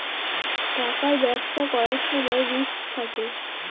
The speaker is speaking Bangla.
টাকার ব্যবসা করার সময় রিস্ক থাকে